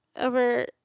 over